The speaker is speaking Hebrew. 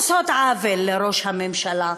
עושים עוול לראש הממשלה.